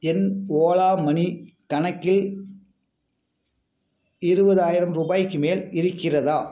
என் Ola money கணக்கில் இருபதாயிரம் ரூபாய்க்கு மேல் இருக்கிறதா